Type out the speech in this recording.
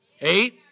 Eight